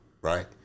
right